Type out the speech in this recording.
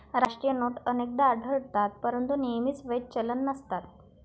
राष्ट्रीय नोट अनेकदा आढळतात परंतु नेहमीच वैध चलन नसतात